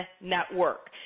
network